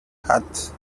hat